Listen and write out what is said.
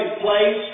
place